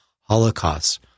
holocaust